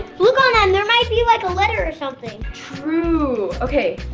look on them there might be like a letter or something? true okay!